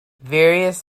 various